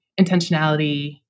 Intentionality